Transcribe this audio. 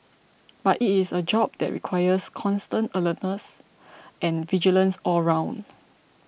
but it is a job that requires constant alertness and vigilance all round